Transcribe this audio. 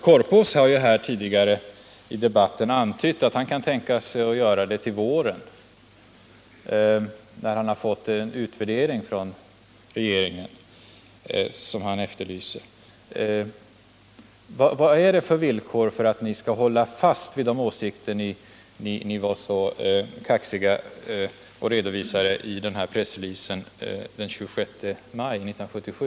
Herr Korpås har tidigare antytt att han kan tänka sig att göra det till våren, när han har fått den utvärdering från regeringen som han efterlyser. Vad är det för villkor för att ni skall hålla fast vid de åsikter som ni så kaxigt redovisade i er pressrelease den 26 maj 1977?